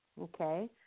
okay